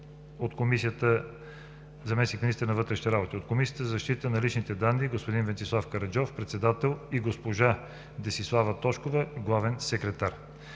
от Комисията за защита на личните данни господин Венцислав Караджов – председател, и госпожа Десислава Тошкова – главен секретар.